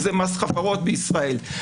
זה מס חברות בישראל.